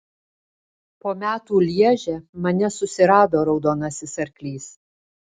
po metų lježe mane susirado raudonasis arklys